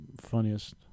Funniest